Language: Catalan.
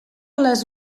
les